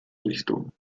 richtung